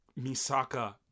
Misaka